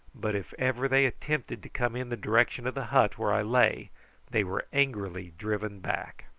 but if ever they attempted to come in the direction of the hut where i lay they were angrily driven back.